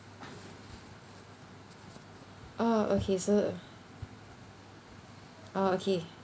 oh okay so oh okay